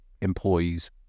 employees